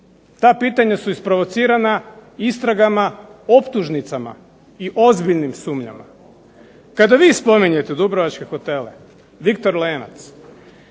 Ta pitanja su isprovocirana istragama, optužnicama i ozbiljnim sumnjama. Kada vi spominjete dubrovačke hotele, Viktor Lenac